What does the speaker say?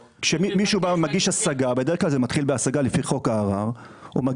זה מתחיל בהשגה לפי חוק הערר; מישהו